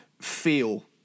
feel